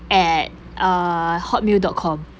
at uh hotmail dot com